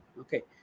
Okay